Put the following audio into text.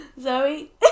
Zoe